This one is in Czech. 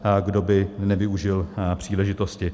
A kdo by nevyužil příležitosti?